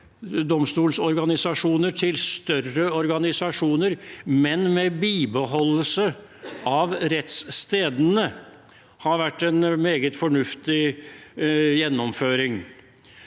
domstolsorganisasjoner til større organisasjoner, men med bibeholdelse av rettsstedene, har vært en meget fornuftig gjennomføring.